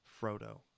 Frodo